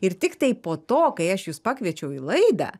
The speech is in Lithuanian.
ir tiktai po to kai aš jus pakviečiau į laidą